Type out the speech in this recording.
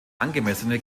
angemessene